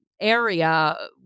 area